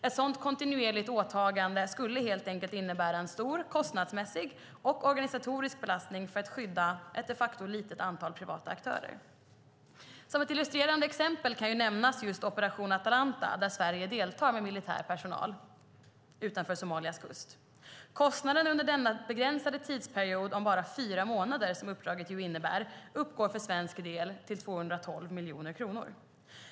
Ett sådant kontinuerligt åtagande skulle helt enkelt innebära en stor kostnadsmässig och organisatorisk belastning för att skydda ett de facto litet antal privata aktörer. Som ett illustrerande exempel kan nämnas just Operation Atalanta, där Sverige deltar med militär personal utanför Somalias kust. Kostnaden under denna begränsade tidsperiod om bara fyra månader som uppdraget innebär uppgår för svensk del till 212 miljoner kronor.